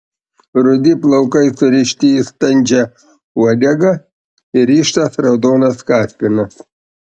rudi plaukai surišti į standžią uodegą įrištas raudonas kaspinas